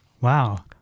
Wow